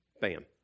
Bam